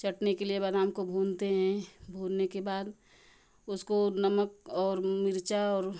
चटनी के लिए बादाम को हैं के बाद उसको नमक और मिर्चा और